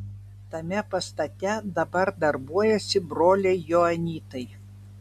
tame pastate dabar darbuojasi broliai joanitai